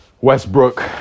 Westbrook